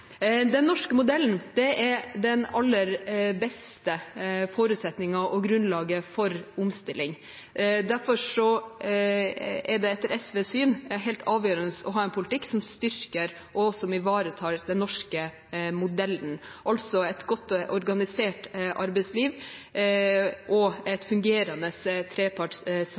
Den norske modellen har den aller beste forutsetningen og det aller beste grunnlaget for omstilling. Derfor er det etter SVs syn helt avgjørende å ha en politikk som styrker og ivaretar den norske modellen – altså et godt organisert arbeidsliv og